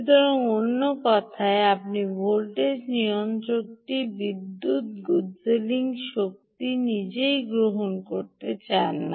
সুতরাং অন্য কথায় আপনি ভোল্টেজ নিয়ন্ত্রকটি বিদ্যুত প্রবাহের শক্তি নিজেই গ্রহন করতে চান না